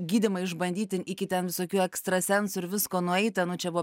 gydymai išbandyti iki ten visokių ekstrasensų ir visko nueita nu čia buvo